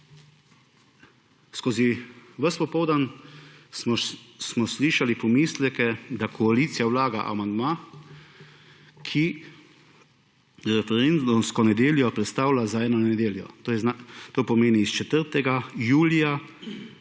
Skozi ves popoldan smo slišali pomisleke, da koalicija vlaga amandma, ki referendumsko nedeljo prestavlja za eno nedeljo, to pomeni s 4. julija